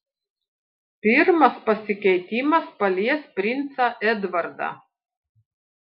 pirmas pasikeitimas palies princą edvardą